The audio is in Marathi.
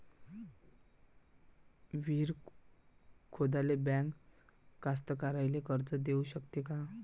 विहीर खोदाले बँक कास्तकाराइले कर्ज देऊ शकते का?